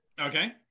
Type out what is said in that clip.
Okay